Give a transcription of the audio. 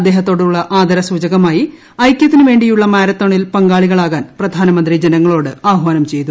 അദ്ദേഹത്തോടുള്ള ആദരസൂചകമായി ഐകൃത്തിനുവേണ്ടിയുള്ള മാരത്തോണിൽ പങ്കാളികളാകാൻ പ്രധാനമന്ത്രി ജനങ്ങളോട് ആഹ്വാനം ചെയ്തു